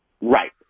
right